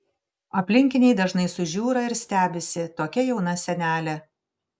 aplinkiniai dažnai sužiūra ir stebisi tokia jauna senelė